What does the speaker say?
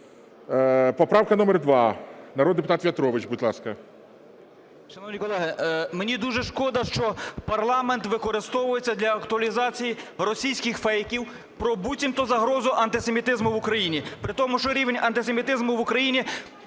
Поправка номер 2. Народний депутат В'ятрович, будь ласка. 11:56:32 В’ЯТРОВИЧ В.М. Шановні колеги, мені дуже шкода, що парламент використовується для актуалізації російських фейків про буцімто загрозу антисемітизму в Україні,